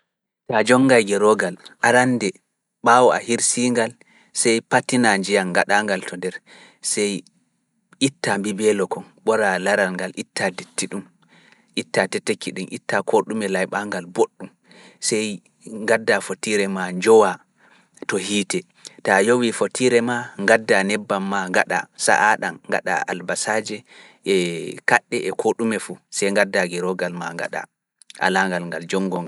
Taa jonngai geroogal arande ɓaawo a hirsiingal sey pattina njiyam ngaɗa ngal to nder sey itta mbibeelo kon ɓora laral ngal itta ɗitte ɗum itta tetekki ɗin. Itta ko ɗume layɓa ngal boɗɗum sey ngadda fotiire ma njowa to hiite ta yowi fotiire ma gadda nebbam ma gaɗa sa'a ɗam gaɗa albasaaji e kaɗɗe e koɗume fu sai gadda giroogal ma gaɗa alaangal ngal jongo nga.